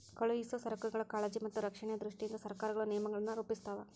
ಕಳುಹಿಸೊ ಸರಕುಗಳ ಕಾಳಜಿ ಮತ್ತ ರಕ್ಷಣೆಯ ದೃಷ್ಟಿಯಿಂದ ಸರಕಾರಗಳು ನಿಯಮಗಳನ್ನ ರೂಪಿಸ್ತಾವ